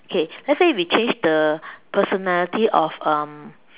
okay let's say we change the personality of um